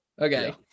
okay